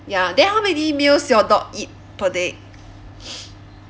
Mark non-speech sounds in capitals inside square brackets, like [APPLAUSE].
ya then how many meals your dog eat per day [BREATH]